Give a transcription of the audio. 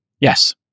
Yes